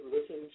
listen